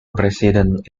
residence